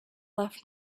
left